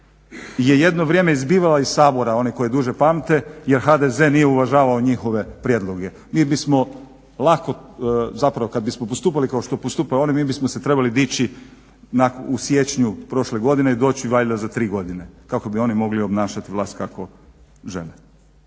je jedno vrijeme izbivala iz Sabora, oni koji duže pamte, jer HDZ nije uvažavao njihove prijedloge. Mi bi smo lako, zapravo kad bi smo postupali kao što postupaju oni mi bi smo se trebali dići u siječnju prošle godine i doći valjda za 3 godine kako bi oni mogli obnašati vlast kako žele.